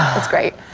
it's great,